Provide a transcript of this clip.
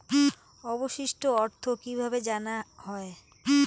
অবশিষ্ট অর্থ কিভাবে জানা হয়?